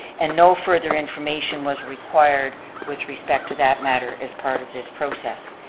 and no further information was required with respect to that matter as part of this process.